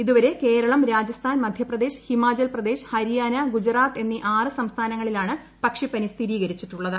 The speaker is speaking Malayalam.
ഇതുവരെ കേരളം രാജസ്ഥാൻ മധ്യപ്രദേശ് ഹിമാചൽപ്രദേശ് ഹരിയാന ഗുജറാത്ത് എന്നീ ആറ് സംസ്ഥാനങ്ങളിലാണ് പക്ഷിപ്പനി സ്ഥിരീകരിച്ചിട്ടുള്ളത്